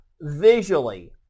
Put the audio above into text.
visually